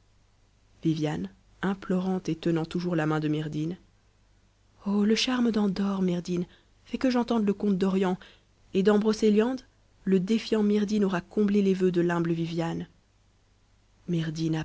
oh le charme d'endor myrdhinn fais que j'entende le conte d'orient et dans brocéliande le défiant myrdhinn aura comblé les vœux de l'humble viviane myrdhinn